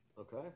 Okay